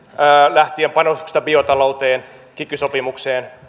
lähtien panostuksesta biotalouteen kiky sopimukseen